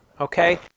Okay